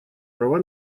права